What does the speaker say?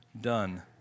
done